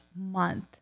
month